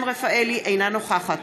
אינו נוכח שולי מועלם-רפאלי,